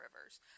Rivers